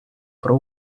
про